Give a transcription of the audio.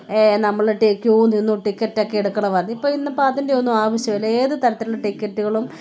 നമ്മൾ ടി ക്യൂ നിന്ന് ടിക്കറ്റക്കൈ എടുക്കണമായിരുന്നു ഇപ്പം ഇന്നിപ്പോൾ അതിൻ്റെ ഒന്നും ആവശ്യമില്ല ഏത് തരത്തിലുള്ള ടിക്കറ്റുകളും